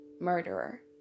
murderer